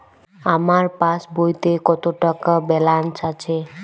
আমার পাসবইতে কত টাকা ব্যালান্স আছে?